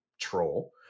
troll